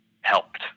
helped